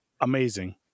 amazing